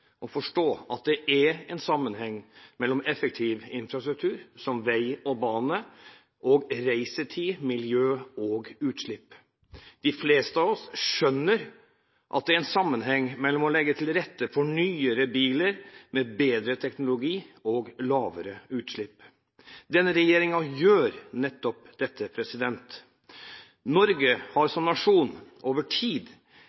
å forstå at det er en sammenheng mellom effektiv infrastruktur, som vei og bane, og reisetid, miljø og utslipp. De fleste av oss skjønner at det er en sammenheng mellom å legge til rette for nyere biler med bedre teknologi og lavere utslipp. Denne regjeringen gjør nettopp dette. Norge har